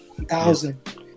thousand